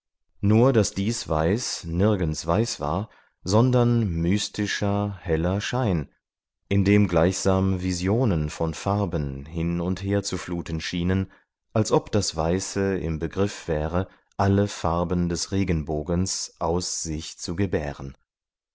nur daß dies weiß nirgends weiß war sondern mystischer heller schein in dem gleichsam visionen von farben hin und her zu fluten schienen als ob das weiße im begriff wäre alle farben des regenbogens aus sich zu gebären